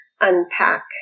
unpack